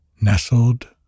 nestled